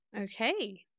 Okay